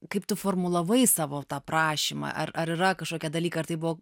kaip tu formulavai savo tą prašymą ar ar yra kažkokie dalykai ar tai buvo